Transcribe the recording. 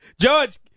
George